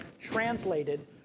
translated